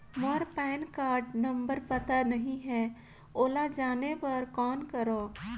मोर PAN card नंबर पता नहीं है, ओला जाने बर कौन करो?